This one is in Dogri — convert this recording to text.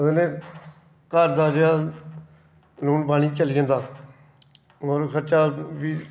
ओह्दे कन्नै घर दा जेह्ड़ा लून पानी चली जंदा होर खर्चा बी